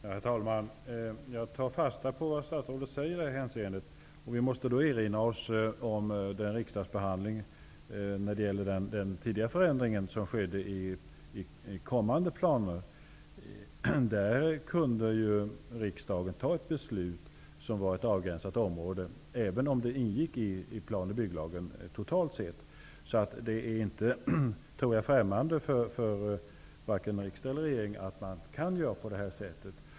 Herr talman! Jag tar fasta på vad statsrådet säger i detta hänseende. Vi måste då erinra oss den tidigare riksdagsbehandlingen angående plan och bygglagen. Riksdagen kunde fatta ett beslut om ett avgränsat område, även om det ingick i plan och bygglagen totalt sett. Det är inte främmande för vare sig riksdag eller regering att man kan göra på detta sätt.